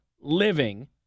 living